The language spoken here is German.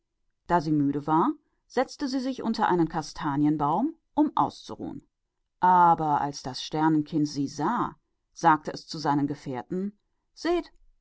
da sie müde war setzte sie sich unter einen kastanienbaum um auszuruhen als das sternenkind sie sah sagte es zu seinen genossen seht